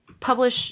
Publish